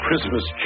Christmas